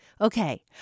Okay